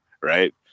Right